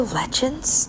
legends